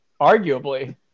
arguably